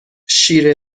شیر